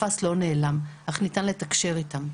הפאסד לא נעלם, אך ניתן לתקשר איתם.